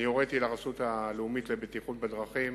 הוריתי לרשות הלאומית לבטיחות בדרכים